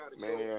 Man